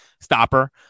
stopper